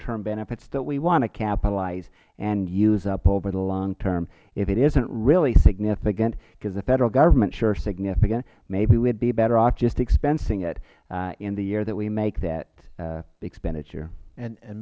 term benefits that we want to capitalize and use up over the long term if it isnt really significant because the federal government is sure significant maybe we would be better off just expensing it in the year that we make that expenditure